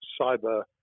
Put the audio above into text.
cyber